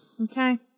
Okay